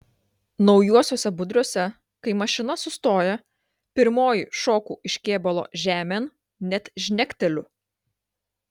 naujuosiuose budriuose kai mašina sustoja pirmoji šoku iš kėbulo žemėn net žnekteliu